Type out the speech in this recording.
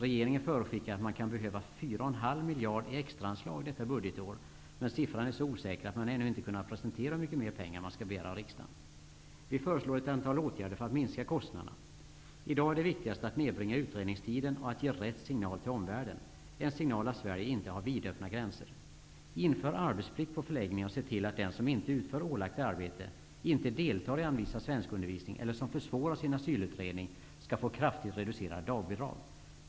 Regeringen förutskickar att man kan behöva 4,5 miljarder i extraanslag detta budgetår. Men siffran är så osä ker att man ännu inte kunnat presentera hur mycket mer pengar man skall begära av riksda gen. Vi föreslår ett antal åtgärder för att minska kostnaderna. I dag är det viktigast att nedbringa utredningstiden och att ge rätt signal till omvärl den. Det skall vara en signal att Sverige inte har vidöppna gränser. Inför arbetsplikt på förläggningarna och se till att den som inte utför ålagt arbete, inte deltar i anvisad svenskundervisning eller som försvårar sin asylutredning skall få kraftigt reducerade dag bidrag.